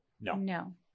No